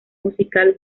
musical